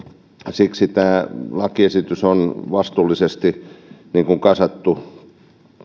siksi tämä lakiesitys on vastuullisesti kasattu